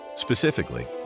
Specifically